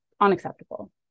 unacceptable